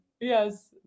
Yes